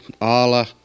Allah